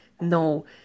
no